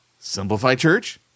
simplifychurch